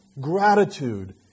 Gratitude